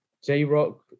J-Rock